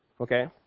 Okay